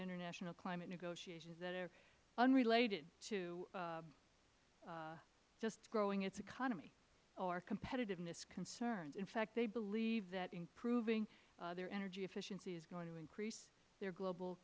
international climate negotiation that are unrelated to just growing its economy or competitiveness concerns in fact they believe that improving their energy efficiency is going to increase their global